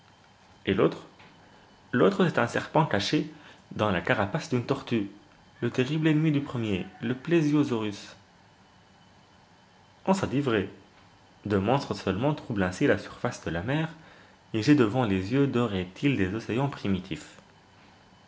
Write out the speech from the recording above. et l'autre l'autre c'est un serpent caché dans la carapace d'une tortue le terrible ennemi du premier le plesiosaurus hans a dit vrai deux monstres seulement troublent ainsi la surface de la mer et j'ai devant les yeux deux reptiles des océans primitifs